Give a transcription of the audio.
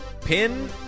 Pin